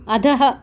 अधः